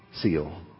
seal